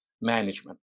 management